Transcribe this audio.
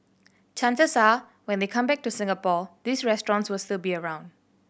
chances are when they come back to Singapore these restaurants will still be around